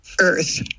Earth